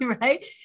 Right